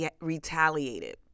retaliated